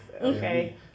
Okay